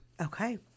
Okay